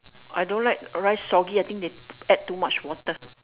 I don't like rice soggy I think they add too much water